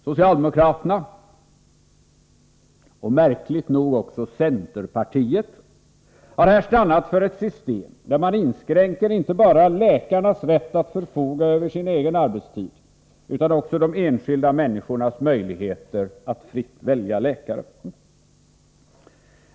Socialdemokraterna — och märkligt nog också centerpartiet — har här stannat för ett system där man inskränker inte bara läkarnas rätt att förfoga över sin egen arbetstid utan också de enskilda människornas möjligheter att fritt välja läkare.